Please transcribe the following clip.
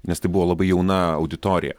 nes tai buvo labai jauna auditorija